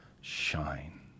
Shine